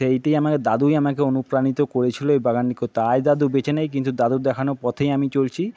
সেইটিই আমাকে দাদুই আমাকে অনুপ্রাণিত করেছিলো এই বাগানটি করতে আজ দাদু বেঁচে নেই কিন্তু দাদুর দেখানো পথেই আমি চলছি